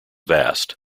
vast